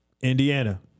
Indiana